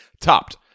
topped